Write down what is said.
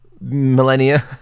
millennia